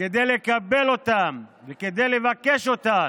כדי לקבל אותן וכדי לבקש אותן,